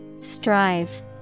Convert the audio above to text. Strive